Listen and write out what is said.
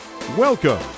Welcome